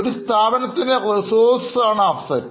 ഒരു സ്ഥാപനത്തിൻറെ Resources ആണ്Assets